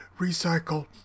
recycle